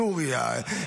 סוריה,